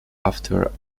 after